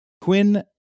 Quinn